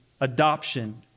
adoption